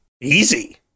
Easy